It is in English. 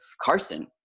carson